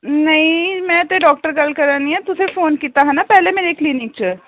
नेईं मैं ते डाक्टर गल्ल करै'नी आं तुसें फोन कीता हा ना पेह्ले मेरे क्लिनिक च